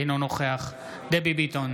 אינו נוכח דבי ביטון,